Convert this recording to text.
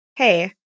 Hey